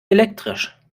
elektrisch